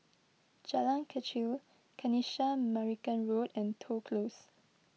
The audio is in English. Jalan Kechil Kanisha Marican Road and Toh Close